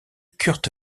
kurt